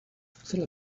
still